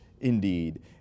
indeed